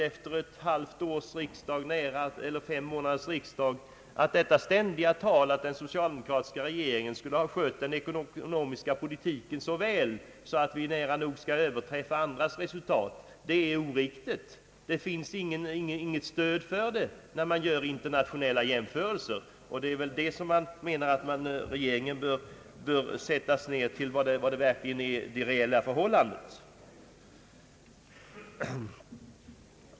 Efter fem månaders riksdag vill jag framföra att det ständiga talet om att den socialdemokratiska regeringen skulle ha skött den ekonomiska politiken så väl att vi nära nog skall överträffa andra länders resultat är oriktigt. Det finns inget stöd för detta när man gör internationella jämförelser. Det är väl detta man menar med att regeringen bör sättas ned till det verkliga förhållandet.